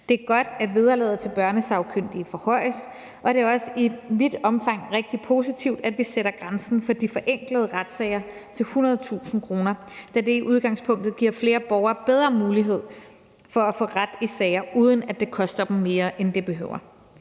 Det er godt, at vederlaget til børnesagkyndige forhøjes, og det er også i vidt omfang rigtig positivt, at vi sætter grænsen for de forenklede retssager til 100.000 kr., da det i udgangspunktet giver flere borgere bedre mulighed for at få ret i sager, uden at det koster dem mere, end det behøver.